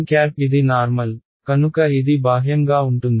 n ఇది normal కనుక ఇది బాహ్యంగా ఉంటుంది